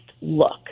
look